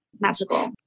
magical